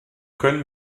können